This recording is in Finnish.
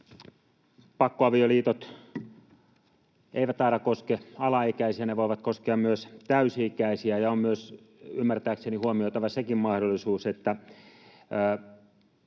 Pakkoavioliitot eivät aina koske alaikäisiä. Ne voivat koskea myös täysi-ikäisiä. Ja on myös ymmärtääkseni huomioitava sekin mahdollisuus, että